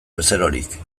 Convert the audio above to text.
bezerorik